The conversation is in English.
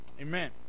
Amen